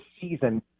season